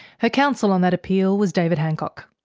her counsel on that appeal was david hancock.